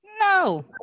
No